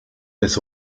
des